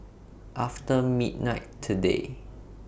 after midnight today